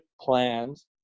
plans